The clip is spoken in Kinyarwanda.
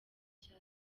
nshya